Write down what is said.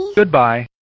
Goodbye